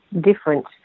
different